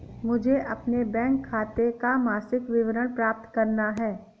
मुझे अपने बैंक खाते का मासिक विवरण प्राप्त करना है?